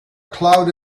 cloud